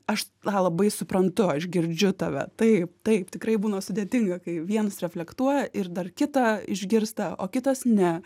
aš tą labai suprantu aš girdžiu tave taip taip tikrai būna sudėtinga kai vienas reflektuoja ir dar kitą išgirsta o kitas ne